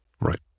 Right